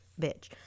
bitch